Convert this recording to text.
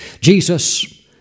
Jesus